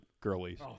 girlies